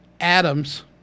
Adams